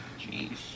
Jeez